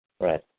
Right